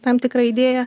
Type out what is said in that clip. tam tikrą idėją